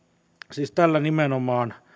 siis tällä nimenomaan